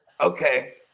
okay